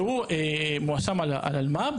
שהוא מואשם על אלמ"ב,